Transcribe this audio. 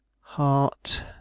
heart